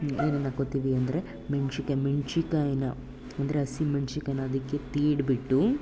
ಏನೇನು ಹಾಕೊಳ್ತೀವಿ ಅಂದರೆ ಮೆಣಸಿನ್ಕಾಯಿ ಮೆಣಸಿನ್ಕಾಯಿನ ಅಂದರೆ ಹಸಿ ಮೆಣ್ಸಿನಕಾಯಿಯನ್ನ ಅದಕ್ಕೆ ತೀಡಿಬಿಟ್ಟು